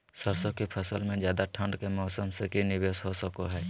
सरसों की फसल में ज्यादा ठंड के मौसम से की निवेस हो सको हय?